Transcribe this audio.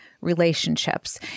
relationships